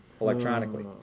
electronically